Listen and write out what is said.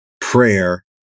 prayer